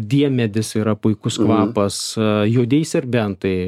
diemedis yra puikus kvapas juodieji serbentai